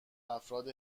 افراد